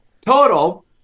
Total